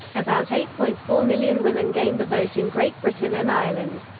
about eight point four million women gained the vote in great britain and ireland.